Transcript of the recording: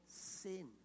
sin